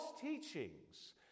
teachings